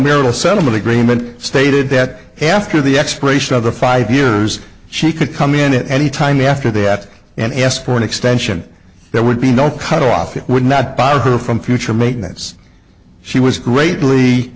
marital settlement agreement stated that after the expiration of the five years she could come in at any time after that and ask for an extension there would be no cutoff it would not bother her from future make this she was greatly